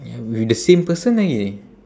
ya with the same person lagi